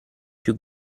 più